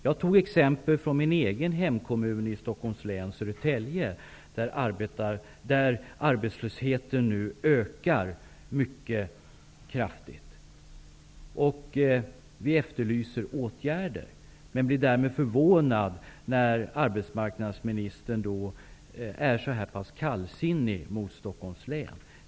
Jag tog exempel från min egen hemkommun i Stockholms län, Södertälje, där arbetslösheten nu ökar mycket kraftigt. Vi efterlyser åtgärder. Man blir förvånad när arbetsmarknadsministern är så kallsinnig mot Stockholms län.